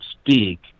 speak